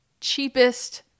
cheapest